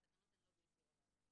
והתקנות הן לא באישור הוועדה.